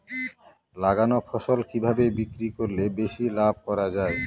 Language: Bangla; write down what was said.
লাগানো ফসল কিভাবে বিক্রি করলে বেশি লাভ করা যায়?